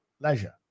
leisure